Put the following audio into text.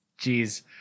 Jeez